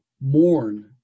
mourn